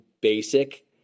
basic